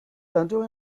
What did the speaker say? thunder